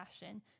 passion